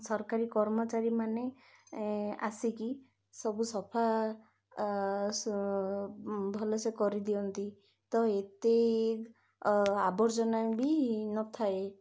ସରକାରୀ କର୍ମଚାରୀ ମାନେ ଆସିକି ସବୁ ସଫା ଭଲସେ କରିଦିଅନ୍ତି ତ ଏତେ ଆବର୍ଜନା ବି ନଥାଏ